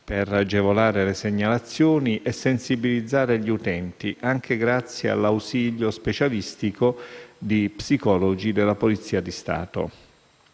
Rete, agevolare le segnalazioni e sensibilizzare gli utenti, anche grazie all'ausilio specialistico di psicologi della Polizia di Stato.